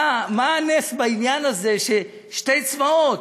מה הנס בעניין הזה ששני צבאות,